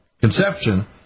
conception